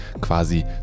quasi